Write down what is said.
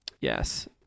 Yes